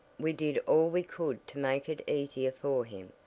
we did all we could to make it easier for him,